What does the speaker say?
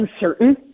uncertain